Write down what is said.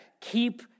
Keep